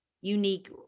unique